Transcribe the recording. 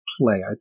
play